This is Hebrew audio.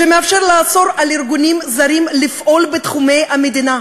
שמאפשר לאסור על ארגונים זרים לפעול בתחומי המדינה.